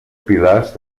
pilars